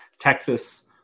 Texas